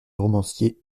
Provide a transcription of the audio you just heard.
romancier